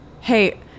Hey